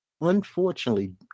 Unfortunately